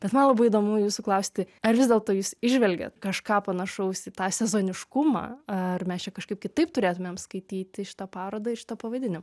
bet man labai įdomu jūsų klausti ar vis dėlto jūs įžvelgiat kažką panašaus į tą sezoniškumą ar mes čia kažkaip kitaip turėtumėm skaityti šitą parodą ir šitą pavadinimą